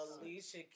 Alicia